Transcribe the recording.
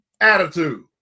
attitude